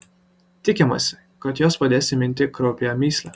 tikimasi kad jos padės įminti kraupiąją mįslę